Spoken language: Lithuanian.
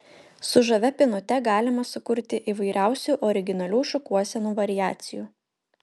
su žavia pynute galima sukurti įvairiausių originalių šukuosenų variacijų